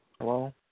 Hello